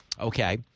Okay